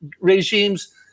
regimes